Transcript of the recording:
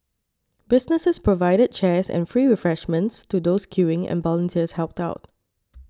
businesses provided chairs and free refreshments to those queuing and volunteers helped out